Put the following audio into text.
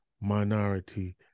minority